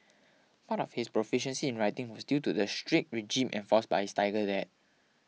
part of his proficiency in writing was due to the strict regime enforced by his tiger dad